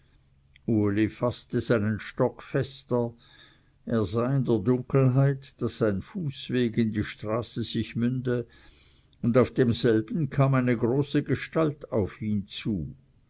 uli faßte seinen stock fester er sah in der dunkelheit daß ein fußweg in die straße sich münde und auf demselben kam eine große gestalt auf ihn zu